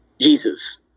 Jesus